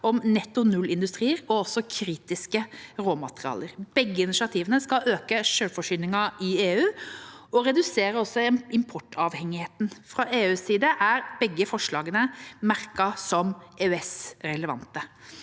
om netto-null-industrier og kritiske råmaterialer. Begge initiativene skal øke selvforsyningen i EU og redusere importavhengigheten. Fra EUs side er begge forslagene merket som EØS-relevante,